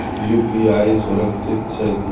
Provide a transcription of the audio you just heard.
UPI सुरक्षित छै की?